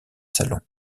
salon